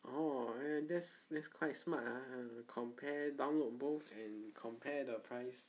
oh that's that's quite smart uh and compare download both and compare the price